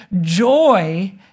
joy